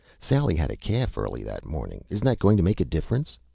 sally had a calf early that morning. isn't that going to make a difference?